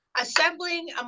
Assembling